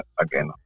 again